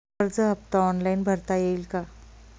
कर्ज हफ्ता ऑनलाईन भरता येईल का?